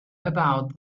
about